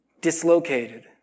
dislocated